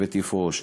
ותפרוש.